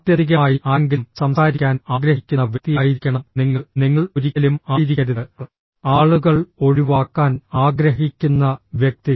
ആത്യന്തികമായി ആരെങ്കിലും സംസാരിക്കാൻ ആഗ്രഹിക്കുന്ന വ്യക്തിയായിരിക്കണം നിങ്ങൾ നിങ്ങൾ ഒരിക്കലും ആയിരിക്കരുത് ആളുകൾ ഒഴിവാക്കാൻ ആഗ്രഹിക്കുന്ന വ്യക്തി